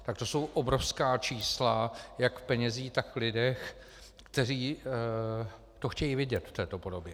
Tak to jsou obrovská čísla jak v penězích, tak v lidech, kteří to chtějí vidět v této podobě.